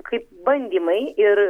kaip bandymai ir